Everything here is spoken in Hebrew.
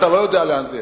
אתה לא יודע לאן זה יגיע.